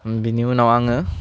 बिनि उनाव आङो